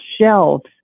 shelves